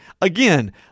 Again